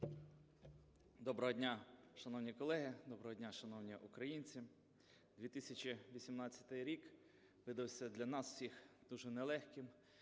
Доброго дня, шановні колеги! Доброго дня, шановні українці! 2018 рік видався для нас всіх дуже нелегким,